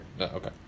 Okay